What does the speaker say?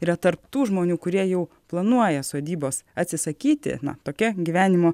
yra tarp tų žmonių kurie jau planuoja sodybos atsisakyti na tokia gyvenimo